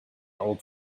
old